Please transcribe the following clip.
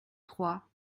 trois